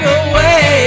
away